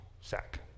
sack